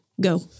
go